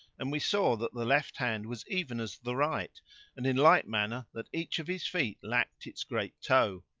and we saw that the left hand was even as the right and in like manner that each of his feet lacked its great toe.